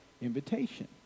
invitation